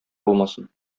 булмасын